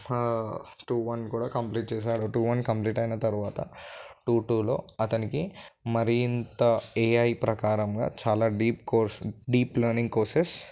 two one కూడా complete చేసారు two one complete అయిన తర్వాత టూ టూలో అతనికి మరింత ఏఐ ప్రకారంగా చాలా deep course deep learning courses